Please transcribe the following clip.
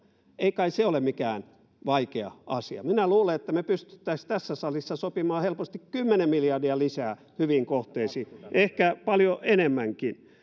ei kai se ole mikään vaikea asia minä luulen että me pystyisimme tässä salissa sopimaan helposti kymmenen miljardia lisää hyviin kohteisiin ehkä paljon enemmänkin